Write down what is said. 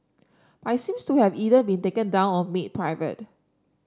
I seems to have either been taken down or made private